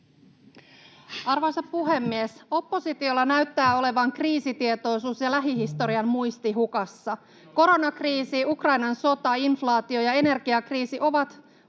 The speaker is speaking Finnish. Arvoisa puhemies! Oppositiolla näyttää olevan kriisitietoisuus ja lähihistorian muisti hukassa. Koronakriisi, Ukrainan sota, inflaatio ja energiakriisi ovat